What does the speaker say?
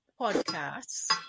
podcasts